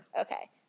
Okay